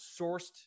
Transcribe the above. sourced